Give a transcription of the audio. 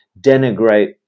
denigrate